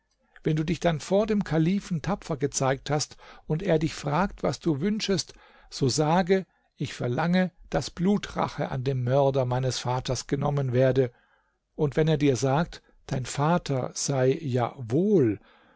wenn du dich dann vor dem kalifen tapfer gezeigt hast und er dich fragt was du wünschest so sage ich verlange daß blutrache an dem mörder meines vaters genommen werde und wenn er dir sagt dein vater sei ja wohl